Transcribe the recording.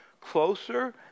closer